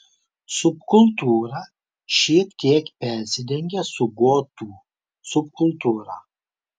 subkultūra šiek tiek persidengia su gotų subkultūra